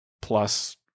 plus